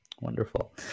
Wonderful